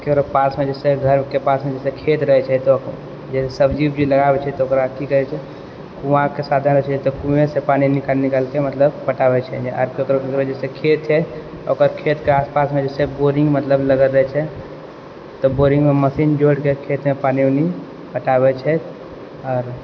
ककरो पासमे जे छै घरके पासमे जे छै खेत रहै छै तऽ ओ जैसे सब्जी उब्जी लगाबै छै तऽ ओकरा की करै छै कुआँके साथ देने रहै छै तऽ कुएँसँ पानि निकालि निकालिकऽ मतलब पटाबै छै आओर ककरो ककरो जे छै खेत छै तऽ ओकर खेतके आसपासमे जे छै बोरिङ्ग मतलब लगल रहै छै तऽ बोरिङ्गमे मशीन जोड़िकऽ खेतमे पानी उनी पटाबै छै आओर